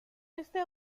este